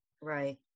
right